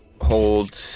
Hold